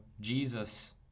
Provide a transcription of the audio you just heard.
Jesus